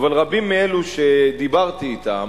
אבל רבים מאלו שדיברתי אתם,